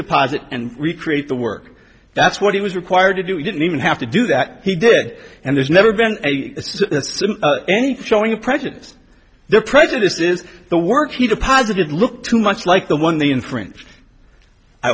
deposit and recreate the work that's what he was required to do he didn't even have to do that he did and there's never been any showing prejudice the prejudice is the work he deposited looked too much like the one